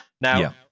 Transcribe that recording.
Now